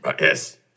Yes